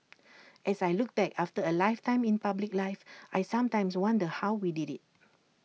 as I look back after A lifetime in public life I sometimes wonder how we did IT